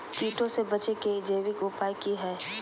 कीटों से बचे के जैविक उपाय की हैय?